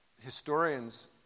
Historians